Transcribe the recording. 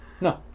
No